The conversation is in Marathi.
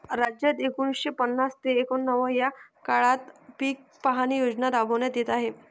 राज्यात एकोणीसशे पन्नास ते एकवन्न या काळात पीक पाहणी योजना राबविण्यात येत आहे